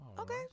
Okay